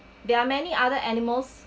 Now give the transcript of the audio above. there are many other animals